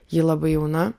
ji labai jauna